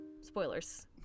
Spoilers